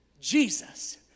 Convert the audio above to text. Jesus